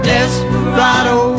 Desperado